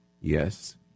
yes